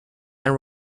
and